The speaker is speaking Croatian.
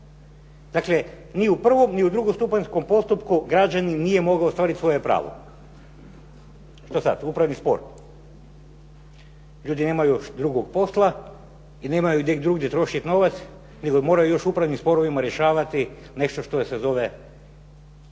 Dakle, ni u prvom ni u drugom stupanjskom postupku građanin nije mogao ostvariti svoje pravo. Što sada upravni spor. Ljudi nemaju drugo posla i nemaju gdje drugdje trošiti novac nego moraju još upravnim sporovima rješavati nešto što se zove